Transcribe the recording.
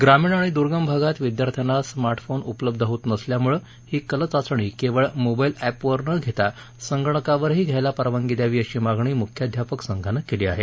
ग्रामीण आणि दुर्गम भागात विद्यार्थ्यांना स्मार्ट फोन उपलब्ध होत नसल्यामुळं ही कलचाचणी केवळ मोबाईल एपवर न घेता संगणकावरही घ्यायला परवानगी द्यावी अशी मागणी मुख्याध्यापक संघानं केली आहे